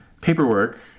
paperwork